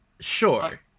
Sure